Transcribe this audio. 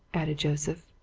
added joseph.